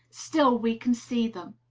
still we can see them.